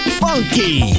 funky